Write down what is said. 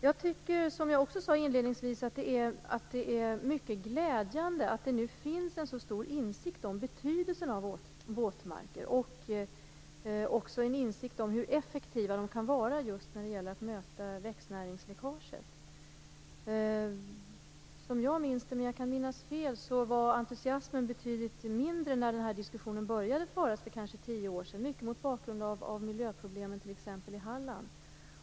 Jag tycker, som jag också sade inledningsvis, att det är mycket glädjande att det nu finns en stor insikt om betydelsen av våtmarker och om hur effektiva de kan vara just när det gäller att möta växtnäringsläckaget. Som jag minns det - men jag kan minnas fel - var entusiasmen betydligt mindre när den här diskussionen började föras för kanske tio år sedan, mycket mot bakgrund av t.ex. miljöproblemen i Halland.